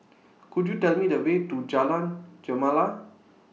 Could YOU Tell Me The Way to Jalan Gemala